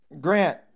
Grant